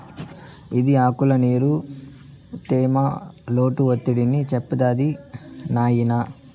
ఇది ఆకుల్ల నీరు, తేమ, లోటు ఒత్తిడిని చెప్తాది నాయినా